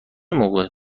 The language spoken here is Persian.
موقع